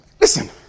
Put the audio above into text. Listen